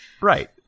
Right